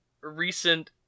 recent